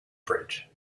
bridge